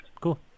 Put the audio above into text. cool